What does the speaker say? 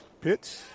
Pitch